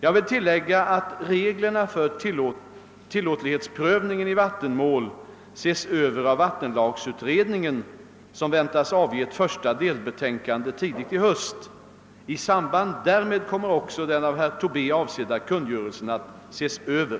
Jag vill tillägga att reglerna för tillåtlighetsprövningen i vattenmål ses över av vattenlagsutredningen, som väntas avge ett första delbetänkande tidigt i höst. I samband därmed kommer också den av herr Tobé avsedda kungörelsen att ses Över.